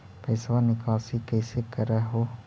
पैसवा निकासी कैसे कर हो?